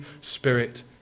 Spirit